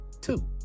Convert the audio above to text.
two